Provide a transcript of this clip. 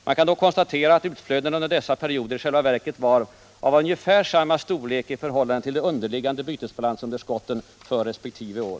Man kan då konstatera att utflödena under dessa perioder i själva verket var av ungefär samma storlek i förhållande till de underliggande bytesbalansunderskotten för respektive år.